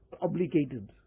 Obligated